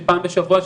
פעם בשבוע,